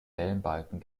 wellenbalken